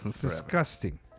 Disgusting